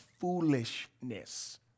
foolishness